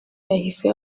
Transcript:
yahise